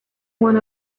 one